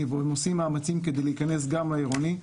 והם עושים מאמצים להיכנס גם לעירוני,